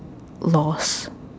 lost